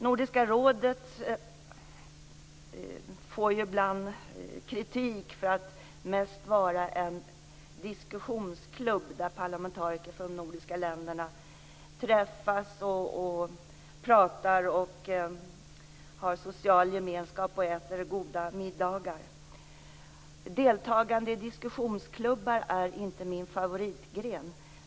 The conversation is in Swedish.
Nordiska rådet får ju ibland kritik för att mest vara en diskussionsklubb där parlamentariker från de nordiska länder träffas, pratar, har social gemenskap och äter goda middagar. Deltagande i diskussionsklubbar är inte min favoritgren.